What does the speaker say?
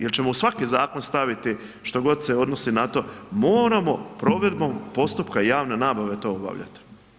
Jel ćemo u svaki zakon staviti što god se odnosi na to, moramo provedbom postupka javne nabave to obavljati.